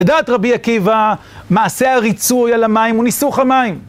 לדעת רבי עקיבא, מעשה הריצוי על המים הוא ניסוך המים.